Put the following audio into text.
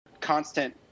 constant